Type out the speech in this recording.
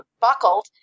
buckled